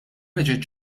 reġgħet